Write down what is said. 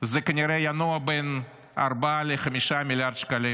זה כנראה ינוע בין 4 ל-5 מיליארד שקלים,